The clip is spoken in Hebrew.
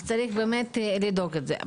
אז צריך באמת לדאוג לזה.